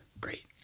Great